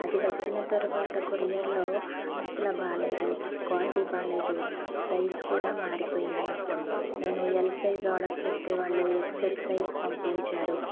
అది వచ్చిన తర్వాత కొరియరులో అసల బాలేదు క్వాలిటీ బాగాలేదు సైజు కూడా మారిపోయింది మొత్తం నేను ఎల్ సైజు ఆర్డర్ చేస్తే వాళ్ళు ఎక్స్ ఎల్ సైజు పంపించారు